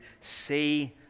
see